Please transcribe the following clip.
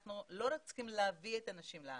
אנחנו לא רק צריכים להביא את האנשים לארץ,